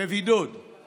בבידוד, בבידוד.